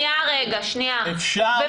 זה